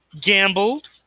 Gambled